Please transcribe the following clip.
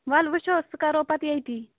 وَلہٕ وٕچھو سُہ کرو پتہٕ ییٚتی